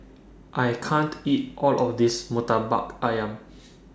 I can't eat All of This Murtabak Ayam